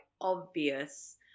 obvious